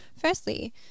firstly